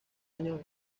años